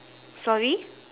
sorry